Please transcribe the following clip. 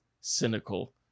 cynical